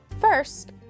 First